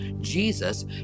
Jesus